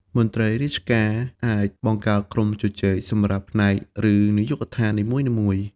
មន្ត្រីរាជការអាច បង្កើតក្រុមជជែក សម្រាប់ផ្នែក ឬនាយកដ្ឋាននីមួយៗ។